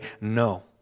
no